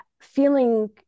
feeling